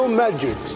magic